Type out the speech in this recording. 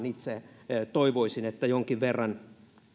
itse toivoisin että jonkin verran